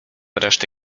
resztę